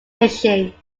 fishing